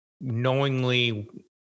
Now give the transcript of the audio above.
knowingly